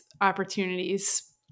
opportunities